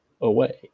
away